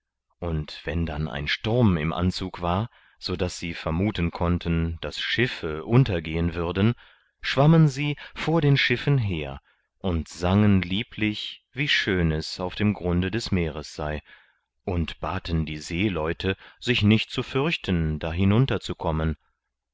und wenn dann ein sturm im anzug war sodaß sie vermuten konnten daß schiffe untergehen würden schwammen sie vor den schiffen her und sangen lieblich wie schön es auf dem grunde des meeres sei und baten die seeleute sich nicht zu fürchten da hinunter zu kommen